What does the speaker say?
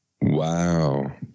Wow